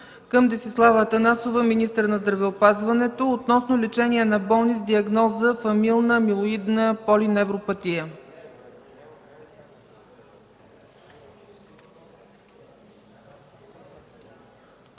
към Десислава Атанасова – министър на здравеопазването, относно лечение на болни с диагноза фамилна амилоидна полиневропатия.